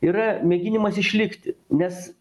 yra mėginimas išlikti nes